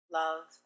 love